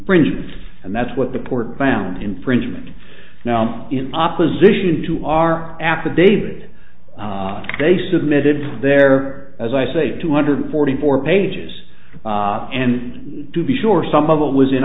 printed and that's what the court found infringement now in opposition to our affidavit they submitted there as i say two hundred forty four pages and to be sure some of it was in